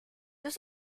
deux